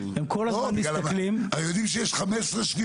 הם כל הזמן מסתכלים --- הרי יודעים שיש 15 שניות.